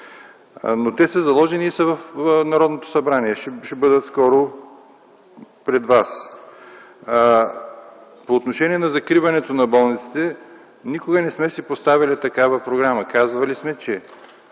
Но те са заложени в Народното събрание и ще бъдат скоро пред вас. По отношение на закриването на болниците. Никога не сме си поставяли такава програма. Казвали сме, че